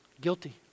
Guilty